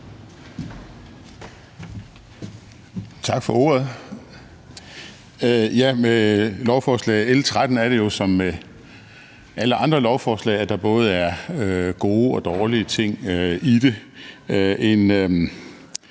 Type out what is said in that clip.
Tak for ordet. Med lovforslag nr. L 13 er det jo som med alle andre lovforslag, at der både er gode og dårlige ting i det.